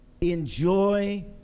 enjoy